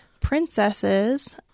princesses